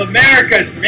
America's